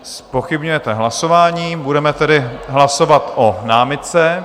Zpochybňujete hlasování, budeme tedy hlasovat o námitce.